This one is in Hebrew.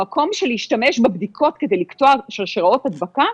המקום של להשתמש בבדיקות כדי לקטוע שרשראות הדבקה,